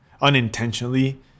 unintentionally